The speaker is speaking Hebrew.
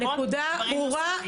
הנקודה ברורה,